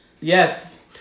Yes